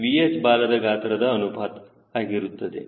VH ಬಾಲದ ಗಾತ್ರದ ಅನುಪಾತ ಆಗಿರುತ್ತದೆ